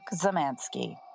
Zamansky